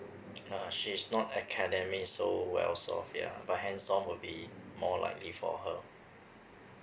uh she's not academic so well so ya but hands on will be more likely for her